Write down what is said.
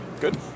Good